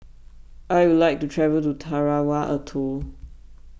I would like to travel to Tarawa Atoll